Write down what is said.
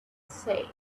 say